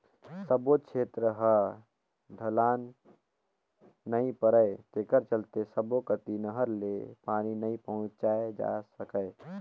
सब्बो छेत्र ह ढलान नइ परय तेखर चलते सब्बो कति नहर ले पानी नइ पहुंचाए जा सकय